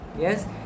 Yes